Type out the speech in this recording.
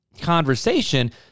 conversation